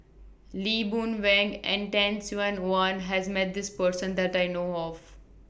Lee Boon Wang and Tan Sin Aun has Met This Person that I know of